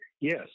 yes